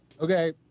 Okay